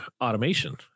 automation